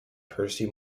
percy